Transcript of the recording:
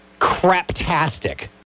craptastic